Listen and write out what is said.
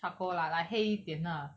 charcoal lah like 黑一点 ah